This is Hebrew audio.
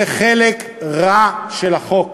זה חלק רע של החוק.